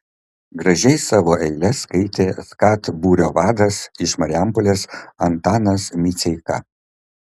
gražiai savo eiles skaitė skat būrio vadas iš marijampolės antanas miceika